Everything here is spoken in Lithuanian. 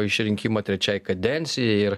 išrinkimą trečiai kadencijai ir